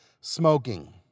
smoking